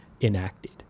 enacted